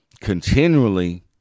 continually